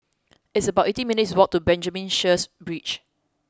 it's about eighteen minutes' walk to Benjamin Sheares Bridge